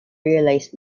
realized